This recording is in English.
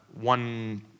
one